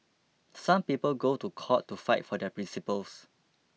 some people go to court to fight for their principles